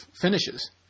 finishes